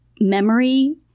memory